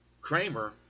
Kramer